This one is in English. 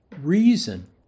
reason